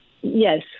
Yes